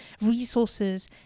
resources